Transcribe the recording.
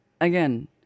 Again